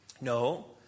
No